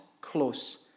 close